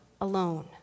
alone